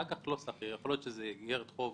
אג"ח לא סחיר יכול להיות אגרת חוב